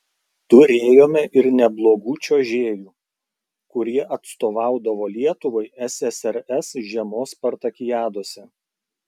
turėjome ir neblogų čiuožėjų kurie atstovaudavo lietuvai ssrs žiemos spartakiadose